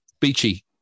Beachy